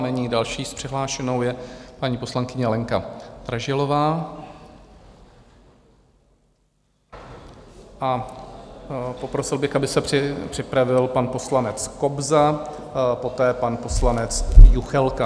A nyní další přihlášenou je paní poslankyně Lenka Dražilová a poprosil bych, aby se připravil pan poslanec Kobza, poté pan poslanec Juchelka.